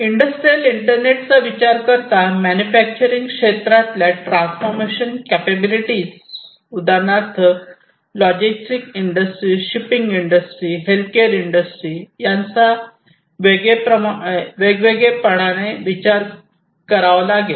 industrial internet चा विचार करता मॅन्युफॅक्चरिंग क्षेत्रातल्या ट्रान्सफॉर्मेशन कॅपअबीलिटी उदाहरणार्थ logistic industry shipping industry healthcare industry यांचा वेगळेपणाने विचारात घ्यावे लागतात